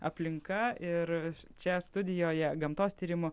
aplinka ir čia studijoje gamtos tyrimų